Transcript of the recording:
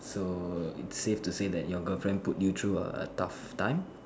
so it's safe to say your girlfriend put you through a tough time